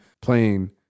playing